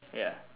ya